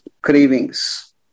cravings